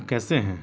کیسے ہیں